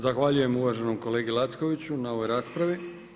Zahvaljujem uvaženom kolegi Lackoviću na ovoj raspravi.